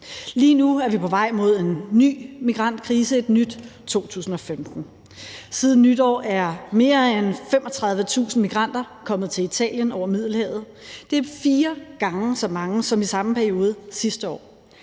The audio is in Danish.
Lige nu er vi på vej mod en ny migrantkrise, et nyt 2015. Siden nytår er mere end 35.000 migranter kommet til Italien over Middelhavet. Det er fire gange så mange som i samme periode sidste år.